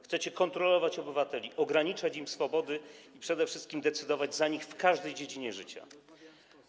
Chcecie kontrolować obywateli, ograniczać im swobody, a przede wszystkim decydować za nich w każdej dziedzinie życia.